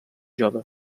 jove